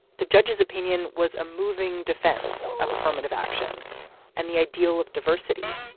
the judge's opinion was a moving defense of affirmative action and the ideal of diversity.